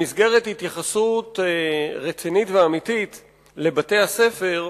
במסגרת התייחסות רצינית ואמיתית לבתי-הספר,